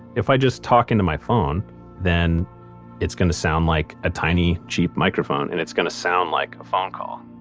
if i just talk into my phone then it's going to sound like a tiny cheap microphone and it's going to sound like phone call,